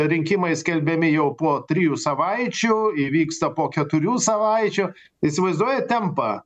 rinkimai skelbiami jau po trijų savaičių įvyksta po keturių savaičių įsivaizduojat tempą